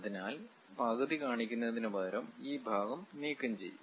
അതിനാൽ പകുതി കാണിക്കുന്നതിനുപകരം ഈ ഭാഗം നീക്കംചെയ്യും